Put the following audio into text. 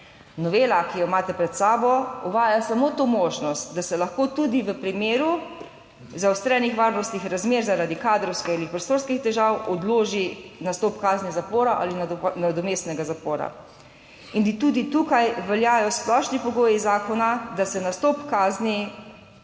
Novela, ki jo imate pred sabo, uvaja samo to možnost, da se lahko tudi v primeru zaostrenih varnostnih razmer zaradi kadrovskih ali prostorskih težav odloži nastop kazni zapora ali nadomestnega zapora. In tudi tukaj veljajo splošni pogoji zakona, da se nastop kazni